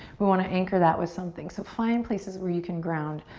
we want to anchor that with something. so find places where you can ground.